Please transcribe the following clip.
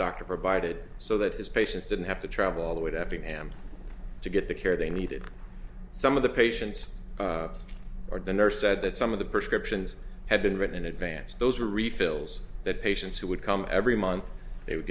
doctor provided so that his patients didn't have to travel all the way to have an amp to get the care they needed some of the patients or the nurse said that some of the prescriptions had been written in advance those were refills that patients who would come every month they would